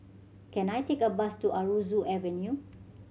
can I take a bus to Aroozoo Avenue